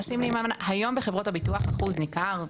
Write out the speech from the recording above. היום בחברות הביטוח אחוז ניכר,